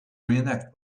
reenact